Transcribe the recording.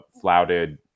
flouted